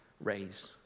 raise